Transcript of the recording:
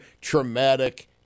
traumatic